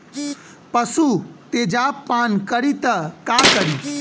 पशु तेजाब पान करी त का करी?